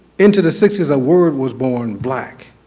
into the sixties a word was born black.